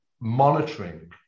monitoring